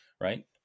right